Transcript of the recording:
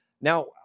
now